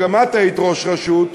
וגם את היית ראש רשות,